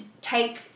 take